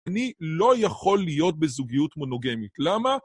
אני לא יכול להיות בזוגיות מונוגמית, למה?